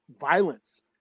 violence